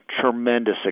Tremendous